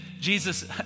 Jesus